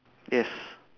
yes